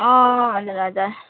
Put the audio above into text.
अँ हजुर हजुर